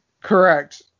Correct